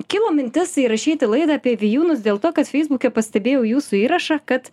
kilo mintis įrašyti laidą apie vijūnus dėl to kad feisbuke pastebėjau jūsų įrašą kad